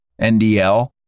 NDL